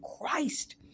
Christ